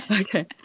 Okay